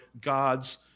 God's